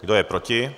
Kdo je proti?